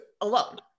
alone